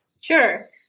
Sure